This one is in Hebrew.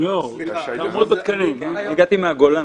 לא בגלל הקרינה,